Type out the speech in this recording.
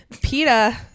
PETA